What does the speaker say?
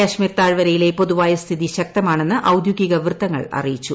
കശ്മീർ താഴ്വരയിലെ പൊതുവായ സ്ഥിതി ശക്തമാണെന്ന് ഔദ്യോഗിക വൃത്തങ്ങൾ അറിയിച്ചു